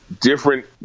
different